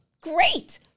great